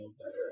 better